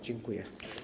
Dziękuję.